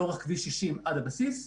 לאורך כביש 60 עד הבסיס.